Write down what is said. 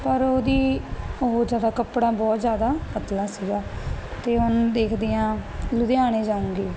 ਪਰ ਉਹਦੀ ਉਹ ਜਿਆਦਾ ਕੱਪੜਾ ਬਹੁਤ ਜਿਆਦਾ ਪਤਲਾ ਸੀਗਾ ਤੇ ਹੁਣ ਦੇਖਦੇ ਆਂ ਲੁਧਿਆਣੇ ਜਾਊਗੀ